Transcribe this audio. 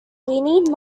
need